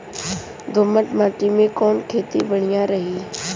दोमट माटी में कवन खेती बढ़िया रही?